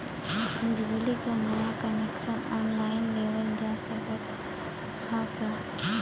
बिजली क नया कनेक्शन ऑनलाइन लेवल जा सकत ह का?